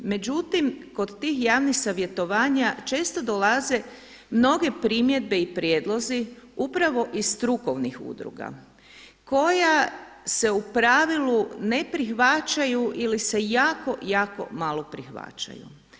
Međutim, kod tih javnih savjetovanja često dolaze mnoge primjedbe i prijedlozi upravo iz strukovnih udruga koja se u pravilu ne prihvaćaju ili se jako, jako malo prihvaćaju.